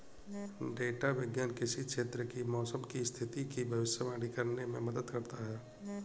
data विज्ञान किसी क्षेत्र की मौसम की स्थिति की भविष्यवाणी करने में मदद करता है